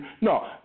No